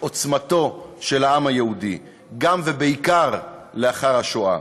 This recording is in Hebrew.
עוצמתו של העם היהודי גם ובעיקר לאחר השואה.